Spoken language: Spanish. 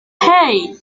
hey